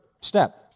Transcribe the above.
step